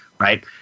Right